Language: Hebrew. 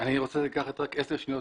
אני רוצה לקחת רק עשר שניות,